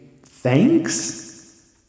thanks